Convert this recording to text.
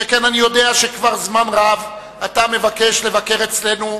שכן אני יודע שכבר זמן רב אתה מבקש לבקר אצלנו,